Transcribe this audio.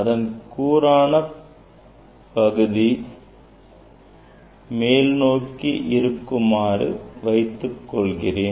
அதன் கூரான பகுதி மேல் நோக்கி இருக்குமாறு வைத்துக் கொள்கிறேன்